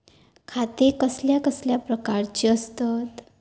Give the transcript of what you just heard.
खाते कसल्या कसल्या प्रकारची असतत?